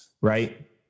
right